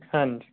ਹਾਂਜੀ